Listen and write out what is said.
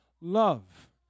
Love